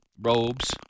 robes